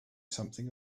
something